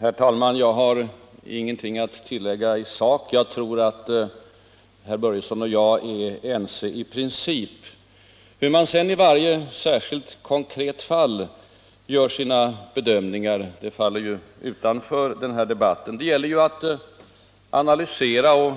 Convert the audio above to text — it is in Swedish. Herr talman! Jag har ingenting att tillägga i sak. Och jag tror att herr Börjesson i Falköping och jag är ense i princip. Hur man sedan i varje särskilt, konkret fall gör sina bedömningar faller utanför den här debatten. Det gäller ju att analysera och